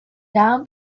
down